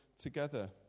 together